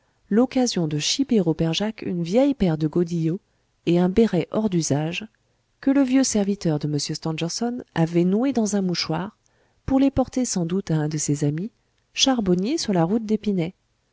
l'occasion de chiper au père jacques une vieille paire de godillots et un béret hors d'usage que le vieux serviteur de m stangerson avait noués dans un mouchoir pour les porter sans doute à un de ses amis charbonnier sur la route d'épinay